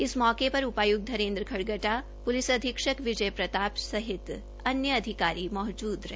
इस मौके पर उपायुक्त धीरेंद्र खडगटा पुलिस अधीक्षक विजय प्रताप सिंह सहित अन्य अधिकारी मौजूद रहे